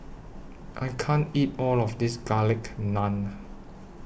I can't eat All of This Garlic Naan